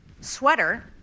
sweater